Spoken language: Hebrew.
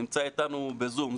נמצא איתנו בזום.